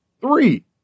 three